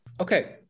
okay